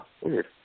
weird